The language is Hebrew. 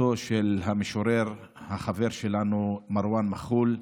אחותו של המשורר, החבר שלנו מרואן מח'ול.